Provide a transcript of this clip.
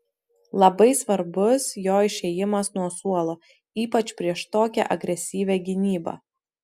labai svarbus jo išėjimas nuo suolo ypač prieš tokią agresyvią gynybą